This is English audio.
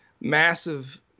massive